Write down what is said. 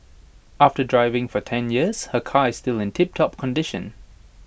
after driving for ten years her car is still in tiptop condition